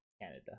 Canada